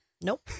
Nope